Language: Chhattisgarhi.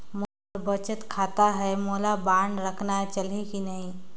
मोर बचत खाता है मोला बांड रखना है चलही की नहीं?